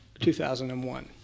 2001